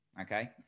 Okay